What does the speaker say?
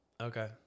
okay